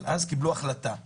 אבל אז קיבלו החלטה וביצעו.